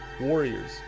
warriors